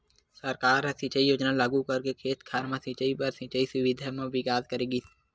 सरकार ह सिंचई योजना लागू करके खेत खार म सिंचई बर सिंचई सुबिधा म बिकास करे गिस